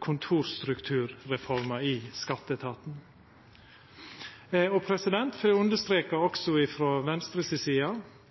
kontorstrukturreforma i skatteetaten. Også frå Venstre si side